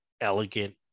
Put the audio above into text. elegant